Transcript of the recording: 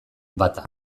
bata